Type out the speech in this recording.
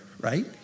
right